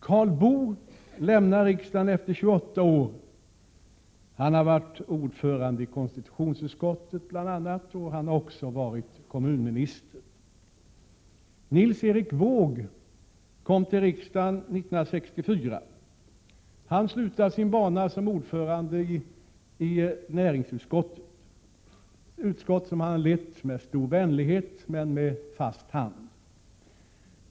Karl Boo lämnar riksdagen efter 28 år. Han har bl.a. varit ordförande i konstitutionsutskottet, och han har också varit kommunminister. Nils Erik Wååg kom till riksdagen 1964. Han slutar sin bana i riksdagen som ordförande i näringsutskottet, ett utskott som han har lett med stor vänlighet men med fast hand.